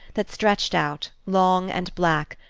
that stretched out, long and black,